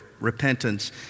repentance